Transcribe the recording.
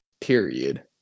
period